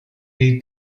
dei